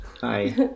Hi